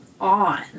on